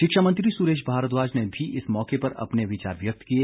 शिक्षा मंत्री सुरेश भारद्वाज ने भी इस मौके पर अपने विचार व्यक्त किए